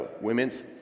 women's